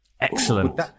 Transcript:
Excellent